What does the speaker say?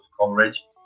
coverage